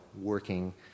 working